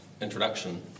introduction